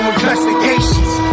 investigations